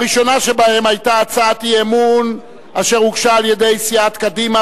הראשונה שבהן היתה הצעת אי-אמון אשר הוגשה על-ידי סיעת קדימה